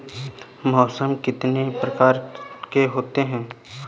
मौसम कितनी प्रकार के होते हैं?